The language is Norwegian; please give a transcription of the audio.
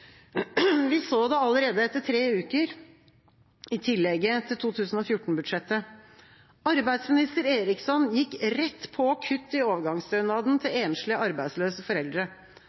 Vi så det allerede etter tre uker, i tillegget til 2014-budsjettet: Arbeidsminister Eriksson gikk rett på kutt i overgangsstønaden til enslige, arbeidsløse foreldre.